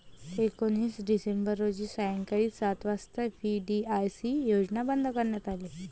एकोणीस डिसेंबर रोजी सायंकाळी सात वाजता व्ही.डी.आय.सी योजना बंद करण्यात आली